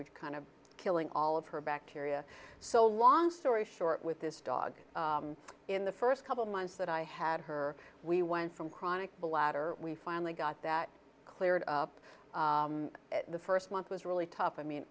h kind of killing all of her bacteria so long story short with this dog in the first couple months that i had her we went from chronic bladder we finally got that cleared up the first month was really tough i mean